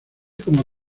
como